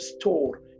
store